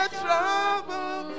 trouble